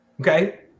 Okay